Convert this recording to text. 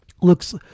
looks